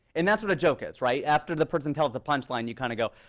and that's what a joke is, right? after the person tells the punch line, you kind of go,